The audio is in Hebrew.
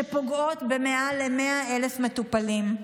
שפוגעות במעל ל-100,000 מטופלים.